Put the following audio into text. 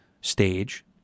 stage